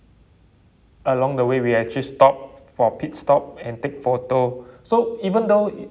along the way we actually stopped for pit stop and take photo so even though it